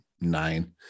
nine